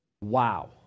Wow